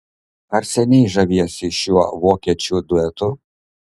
ar seniai žaviesi šiuo vokiečių duetu